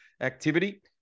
activity